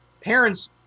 Parents